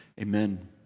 amen